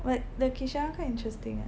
but the Kishan quite interesting eh